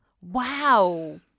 Wow